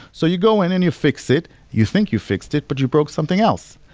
so you go in and you fix it, you think you fixed it, but you broke something else.